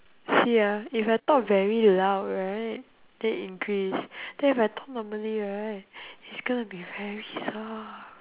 see ah if I talk very loud right then increase then if I talk normally right it's gonna be very soft